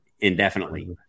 indefinitely